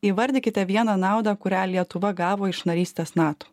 įvardykite vieną naudą kurią lietuva gavo iš narystės nato